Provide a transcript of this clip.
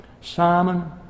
Simon